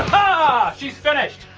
ah she's finished!